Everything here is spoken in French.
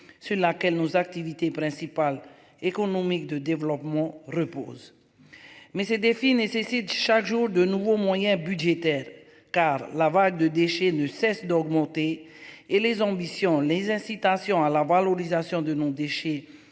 sur laquelle nos activités principales économique de développement repose. Mais ces défis nécessitent chaque jour de nouveaux moyens budgétaires car la vague de déchets ne cesse d'augmenter et les ambitions les incitations à la voir l'organisation de nos déchets